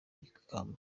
ikamba